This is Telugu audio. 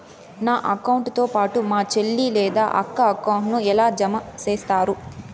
నా అకౌంట్ తో పాటు మా చెల్లి లేదా అక్క అకౌంట్ ను ఎలా జామ సేస్తారు?